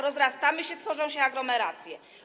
Rozrastamy się, tworzą się aglomeracje.